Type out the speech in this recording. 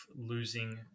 losing